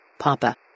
Papa